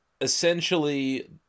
essentially